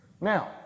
Now